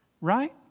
Right